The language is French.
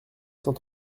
cent